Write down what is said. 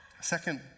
second